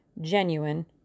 genuine